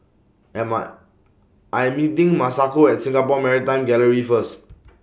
Am I I'm meeting Masako At Singapore Maritime Gallery First